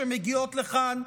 שמגיעות לכאן,